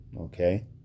Okay